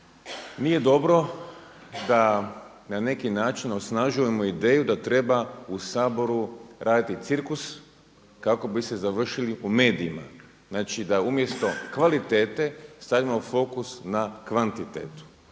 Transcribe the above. nije dobro da na neki način osnažujemo ideju da treba u Saboru raditi cirkus kako biste završili u medijima, znači da umjesto kvalitete stavimo fokus na kvantitetu.